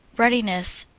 readiness,